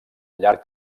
llarg